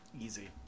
Easy